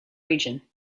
region